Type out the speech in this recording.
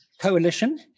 coalition